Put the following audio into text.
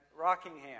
Rockingham